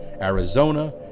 Arizona